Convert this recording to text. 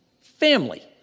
Family